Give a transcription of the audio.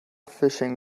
fishing